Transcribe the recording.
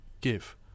give